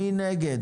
מי נגד?